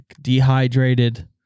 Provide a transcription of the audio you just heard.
dehydrated